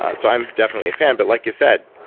ah so i'm definitely a fan, but like you said,